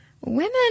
women